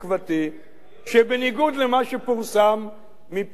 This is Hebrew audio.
שבניגוד למה שפורסם מפיו של מאן דהוא,